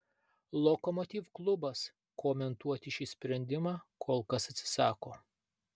lokomotiv klubas komentuoti šį sprendimą kol kas atsisako